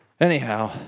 Anyhow